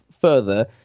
further